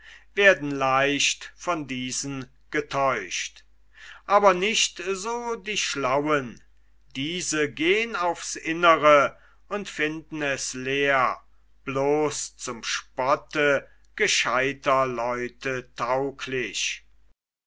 werden leicht von diesen getäuscht aber nicht so die schlauen diese gehn aufs innere und finden es leer bloß zum spotte gescheuter leute tauglich